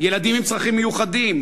ילדים עם צרכים מיוחדים,